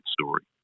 story